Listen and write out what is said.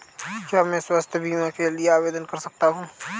क्या मैं स्वास्थ्य बीमा के लिए आवेदन कर सकता हूँ?